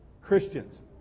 Christians